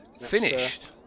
Finished